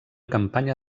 campanya